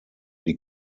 die